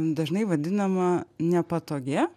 dažnai vadinama nepatogi